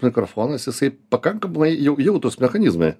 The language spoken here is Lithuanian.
mikrofonas jisai pakankamlai jau jautrūs mechanizmai